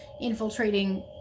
infiltrating